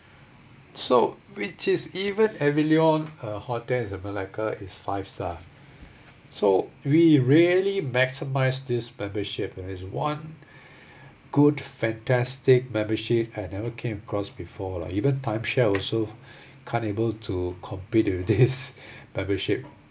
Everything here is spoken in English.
so which is even avillion a hotel in melaka is five star so we really maximise this membership when there's one good fantastic membership I never came cross before lah even timeshare also can't able to compete with this membership